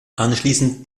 anschließend